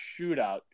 shootout